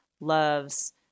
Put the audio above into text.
loves